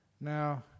Now